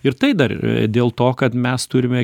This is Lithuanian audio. ir tai dar dėl to kad mes turime